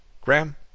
Graham